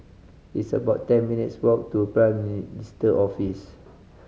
it's about ten minutes' walk to Prime Minister's Office